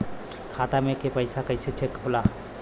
खाता में के पैसा कैसे चेक होला?